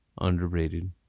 Underrated